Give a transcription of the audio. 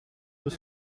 deux